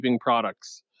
products